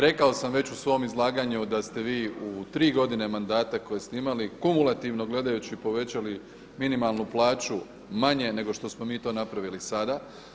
Rekao sam već u svom izlaganju da ste vi u 3 godine mandata koji ste imali kumulativno gledajući povećali minimalnu plaću manje nego što smo mi to napravili sada.